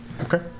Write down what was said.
Okay